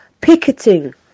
picketing